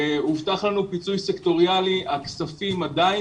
הובטח לנו פיצוי סקטוריאלי אבל הכספים עדיין